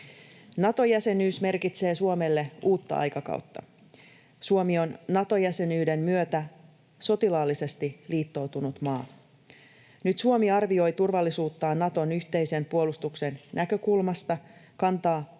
Nato-jäsenyys merkitsee Suomelle uutta aikakautta. Suomi on Nato-jäsenyyden myötä sotilaallisesti liittoutunut maa. Nyt Suomi arvioi turvallisuuttaan Naton yhteisen puolustuksen näkökulmasta, kantaa